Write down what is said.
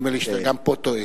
נדמה לי שאתה גם פה טועה.